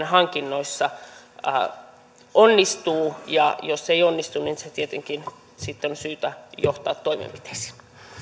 hankinnoissa onnistuu ja jos ei onnistu niin sen tietenkin sitten on syytä johtaa toimenpiteisiin